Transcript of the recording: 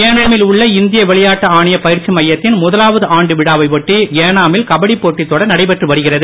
ஏனாமில் உள்ள இந்திய விளையாட்டு ஆணையப் பயிற்சி மையத்தின் முதலாவது ஆண்டு விழாவை ஒட்டி ஏனாமில் கபடி போட்டித் தொடர் நடைபெற்று வருகிறது